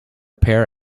pair